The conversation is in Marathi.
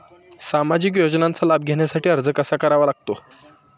सामाजिक योजनांचा लाभ घेण्यासाठी अर्ज कसा करावा लागतो?